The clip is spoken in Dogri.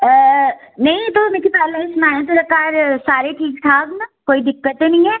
अ नेईं तु'स मीं पैह्ले एह् सनाओ थुआढ़ै घर सारे ठीक ठाक न कोई दिक्कत ते निं है